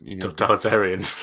totalitarian